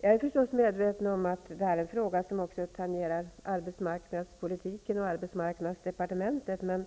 Jag är naturligtvis medveten om att det här är en fråga som tangerar arbetsmarknadsdepartementets ansvarsområde -- arbetsmarknadspolitiken -- men